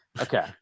Okay